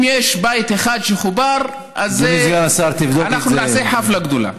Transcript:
אם יש בית אחד שחובר, אז אנחנו נעשה חפלה גדולה.